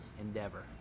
endeavor